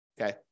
Okay